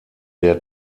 der